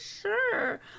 sure